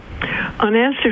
Unanswered